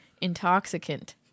intoxicant